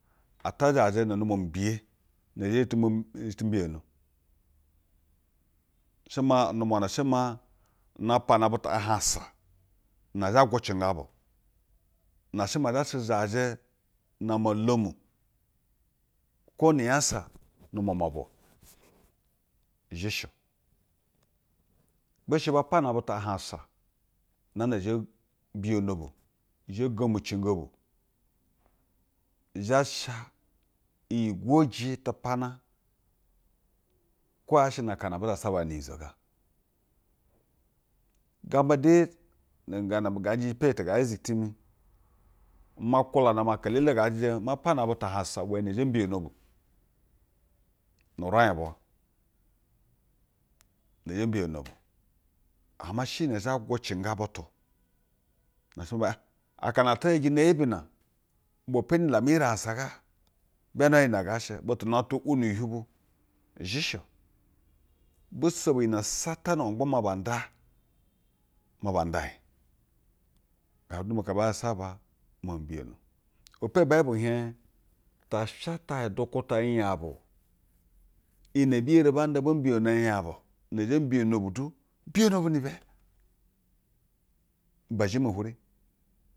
Ata zhaje nun nduma mu biye ne ti mun ti mbiyono. She maa n ndumwa na she maa una pana butu ahansa da zhe gwuce jga bu. Na she maa zha she zhajɛ no mo lomu, kowo bu unyasa nu mwamwa bwa o. I zhɛ she o be she ba pana butu ahansa naa na zhe mbiyono bu. I zhe gomicin go bu zha sha iyi gwoje tupana kwo yaa she na akana abu zasaba ya nuunyizo go. Gambo de nu gaa za ngaa jej pe tɛ ga azik timi, ima nkwulana maa aka elele nga jeje ma pana butu̱ a hansa iwɛ nɛ zhɛ mbiyono bu nu uraik bwa. Na zhe mbiyono bu. Ama she ne zhe gwucenjga butu na she maa akana ate jɛjɛ ne yibi na ubwa mpeni lamu iri ahansa ga. Mbeyana hwaye iyi ne ngaa she. Butu na twa wo nu hiuhiu bu, i zhe shɛ o. Mbiso bu iyi ne satane ma gba maa ba nda. Maa ba nda ij habu mo aka baa zasaba mobi mbiyon. Ibe po boyibu hiɛj tasha utaye udwukmitwo nyabu o. Iyi ne abi eri ba nda ba mbiyono nyabu na zhe mbiyono du. mbiyono bu ni bɛ. Ibe zheme hwuri